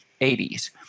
80s